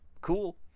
cool